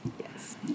Yes